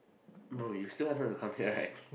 bro you still wanted to come here right